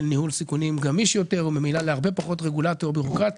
ניהול סיכונים גמיש יותר וממילא להרבה פחות בירוקרטיה